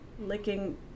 licking